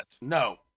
No